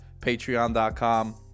Patreon.com